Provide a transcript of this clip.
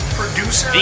producer